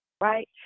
right